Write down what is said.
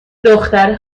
دختر